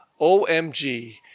OMG